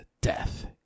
Death